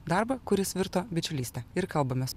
darbą kuris virto bičiulyste ir kalbamės